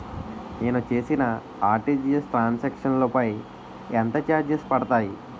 నేను చేసిన RTGS transaction లో పై ఎంత చార్జెస్ పడతాయి?